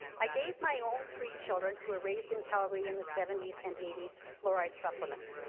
i gave my own three children who were raised in calgary in the seventy s and eighty s fluoride supplements.